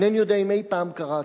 אינני יודע אם אי-פעם קראתי,